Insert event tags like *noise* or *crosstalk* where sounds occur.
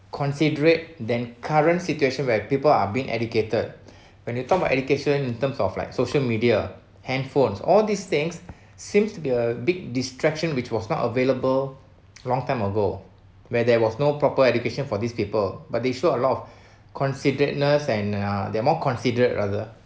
considerate than current situation where people are being educated *breath* when you talk about education in terms of like social media hand phones all these things seems to be a big distraction which was not available long time ago where there was no proper education for these people but they show a lot of *breath* considerateness and uh they're more considerate rather